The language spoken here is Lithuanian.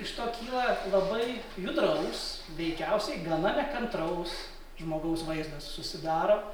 iš to kyla labai judraus veikiausiai gana nekantraus žmogaus vaizdas susidaro